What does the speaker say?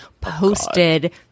posted